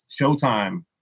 showtime